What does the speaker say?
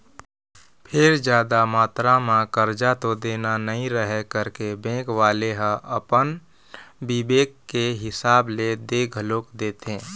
फेर जादा मातरा म करजा तो देना नइ रहय करके बेंक वाले ह अपन बिबेक के हिसाब ले दे घलोक देथे